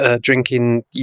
drinking